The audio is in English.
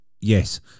Yes